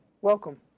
Welcome